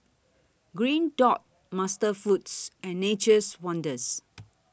Green Dot MasterFoods and Nature's Wonders